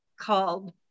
called